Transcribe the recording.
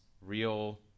real